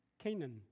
Canaan